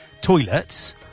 toilets